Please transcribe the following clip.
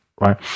right